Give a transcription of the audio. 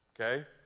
Okay